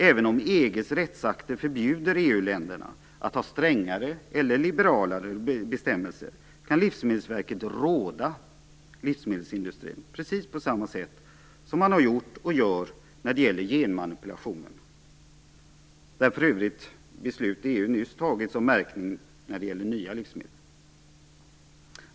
Även om EG:s rättsakter förbjuder EU-länderna att ha strängare eller liberalare bestämmelser, kan Livsmedelsverket råda livsmedelsindustrin på precis samma sätt som man har gjort och gör när det gäller genmanipulationen. Där har för övrigt beslut nyss fattats i EU om märkning när det gäller nya livsmedel.